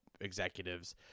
executives